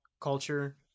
culture